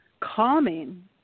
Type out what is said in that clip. calming